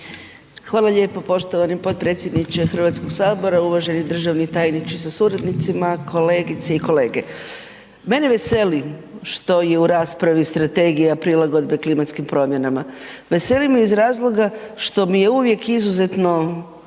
Hvala lijepo poštovani potpredsjedniče HS, uvaženi državni tajniče sa suradnicima, kolegice i kolege. Mene veseli što je u raspravi Strategija prilagodbe klimatskim promjenama. Veseli me iz razloga što mi je uvijek izuzetno,